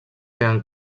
tenen